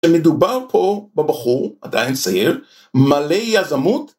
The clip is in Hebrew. כשמדובר פה בבחור עדיין צעיר מלא יזמות